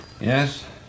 Yes